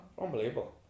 unbelievable